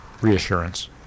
reassurance